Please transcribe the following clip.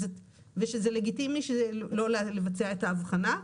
ושזה לגיטימי לא לבצע את ההבחנה.